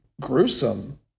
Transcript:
gruesome